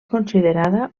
considerada